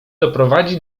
doprowadzi